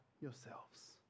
yourselves